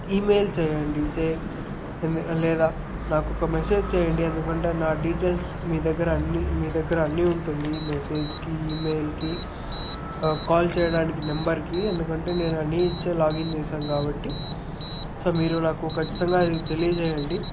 email చేయండి same ఎందుకం లేదా నాకు ఒక మెసేజ్ చేయండి ఎందుకంటే నా డీటెయిల్స్ మీ దగ్గర అన్నీ మీ దగ్గర అన్ని ఉంటుంది మెసేజ్కి ఈమెయిల్కి కాల్ చేయడానికి నెంబర్కి ఎందుకంటే నేను అన్ని ఇచ్చే లాగిన్ చేసాను కాబట్టి సో మీరు నాకు ఖచ్చితంగా తెలియజేయండి